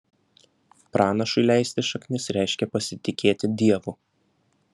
pranašui leisti šaknis reiškia pasitikėti dievu